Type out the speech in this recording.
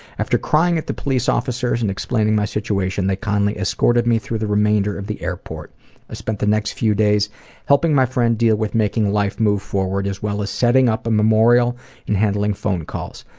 after crying at the police officers and explaining my situation, they kindly escorted me through the remainder of the airport. i spent the next few days helping my friend deal with making my life move forward as well as setting up a memorial and handling phone calls.